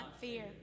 fear